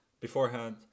beforehand